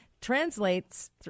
translates